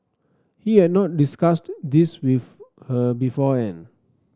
he had not discussed this with her beforehand